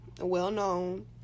well-known